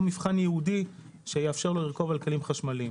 מבחן ייעודי שיאפשר לו לרכוב בכלים חשמליים.